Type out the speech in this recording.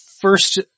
first